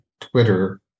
Twitter